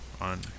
on